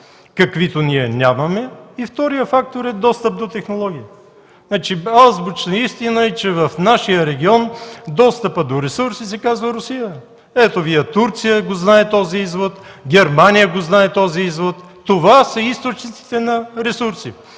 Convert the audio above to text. каквито ние нямаме. Вторият фактор е достъп до технологии. Азбучна истина е, че в нашия регион достъпът до ресурси се казва Русия. Ето Ви я Турция, тя го знае този извод, Германия го знае този извод. Това са източниците на ресурси.